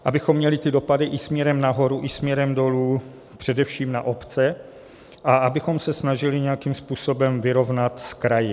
Abychom měli ty dopady i směrem nahoru i směrem dolů především na obce a abychom se snažili nějakým způsobem vyrovnat s kraji.